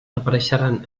apareixeran